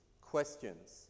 questions